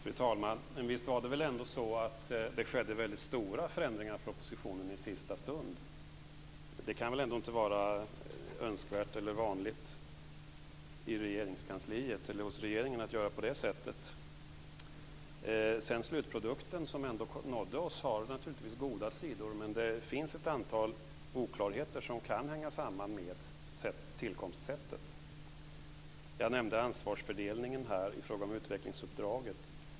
Fru talman! Visst var det väl ändå så att det skedde väldigt stora förändringar i propositionen i sista stund? Det kan väl inte vara önskvärt eller vanligt i Regeringskansliet eller hos regeringen att göra på det sättet? Den slutprodukt som ändå nådde oss har naturligtvis goda sidor, men det finns ett antal oklarheter som kan hänga samman med tillkomstsättet. Jag nämnde ansvarsfördelningen i fråga om utvecklingsuppdraget.